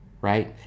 right